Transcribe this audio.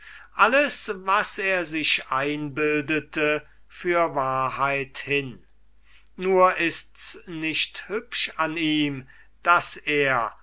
alles was er sich einbildete für wahrheit hin nur ists nicht hübsch an ihm daß er